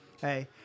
Hey